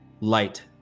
light